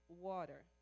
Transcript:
water